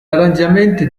arrangiamenti